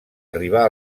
arribar